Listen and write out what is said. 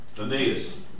Aeneas